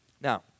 Now